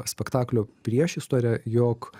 spektaklio priešistorę jog